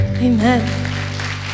Amen